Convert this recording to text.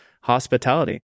hospitality